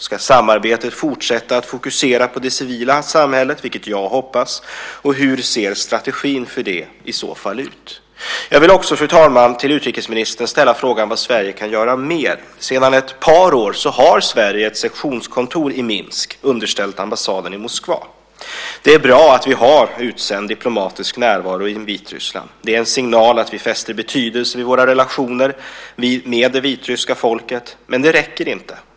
Ska samarbetet fortsätta att fokusera på det civila samhället, vilket jag hoppas? Och hur ser strategin för det i så fall ut? Fru talman! Jag vill också till utrikesministern ställa frågan om vad Sverige kan göra mer. Sedan ett par år har Sverige ett sektionskontor i Minsk som är underställt ambassaden i Moskva. Det är bra att vi har utsänd diplomatisk närvaro i Vitryssland. Det är en signal att vi fäster betydelse vid våra relationer med det vitryska folket, men det räcker inte.